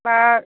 বা